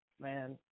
man